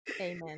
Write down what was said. Amen